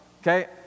Okay